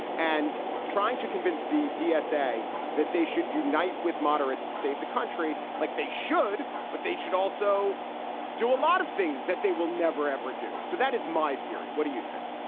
and trying to convince the dsa that they should unite with moderates to save the country like they should, but they should also do a lot of things that they will never, ever do. so that is my theory. what do you think?